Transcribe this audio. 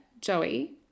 Joey